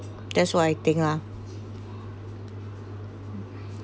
that's what I think lah